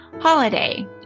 holiday